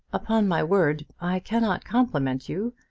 upon my word, i cannot compliment you.